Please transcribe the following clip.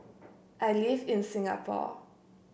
I live in Singapore